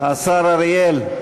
השר אריאל.